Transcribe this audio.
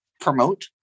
promote